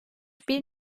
bir